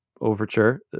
overture